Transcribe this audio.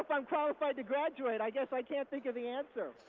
i'm qualified to graduate. i guess i can't think of the answer.